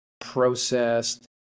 processed